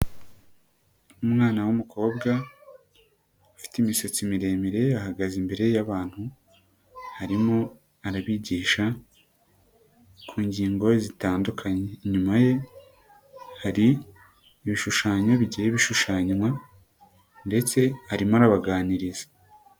Umwana w'umukobwa ufite imisatsi miremire, ahagaze imbere y'abantu arimo arabigisha ku ngingo zitandukanye. Inyuma ye hari ibishushanyo bigira ibishushanywa ndetse arimo arabaganiriza.